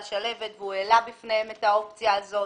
שלהבת והוא העלה בפניהם את האופציה הזאת